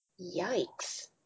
Yikes